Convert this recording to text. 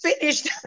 finished